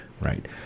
right